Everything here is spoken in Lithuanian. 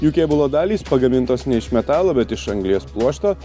jų kėbulo dalys pagamintos ne iš metalo bet iš anglies pluošto